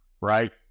right